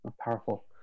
Powerful